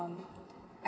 um